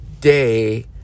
day